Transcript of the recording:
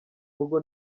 rugo